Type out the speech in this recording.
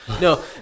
No